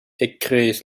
ekkriis